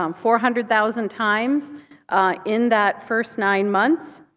um four hundred thousand times in that first nine months.